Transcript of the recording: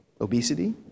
Obesity